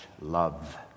love